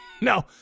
no